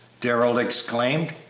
darrell exclaimed.